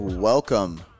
Welcome